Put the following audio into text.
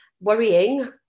Worrying